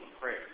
prayer